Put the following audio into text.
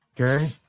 Okay